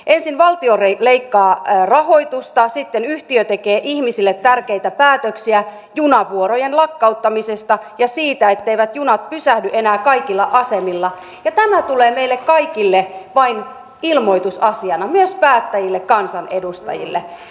ensin valtio leikkaa rahoitusta sitten yhtiö tekee ihmisille tärkeitä päätöksiä junavuorojen lakkauttamisesta ja siitä etteivät junat pysähdy enää kaikilla asemilla ja tämä tulee meille kaikille vain ilmoitusasiana myös päättäjille kansanedustajille